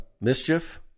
mischief